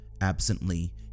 Absently